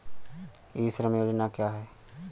ई श्रम योजना क्या है?